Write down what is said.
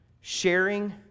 Sharing